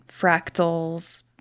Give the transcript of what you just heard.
fractals